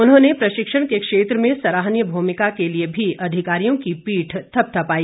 उन्होंने प्रशिक्षण के क्षेत्र में सराहनीय भूमिका के लिए भी अधिकारियों की पीठ थपथपाई